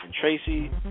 Tracy